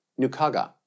Nukaga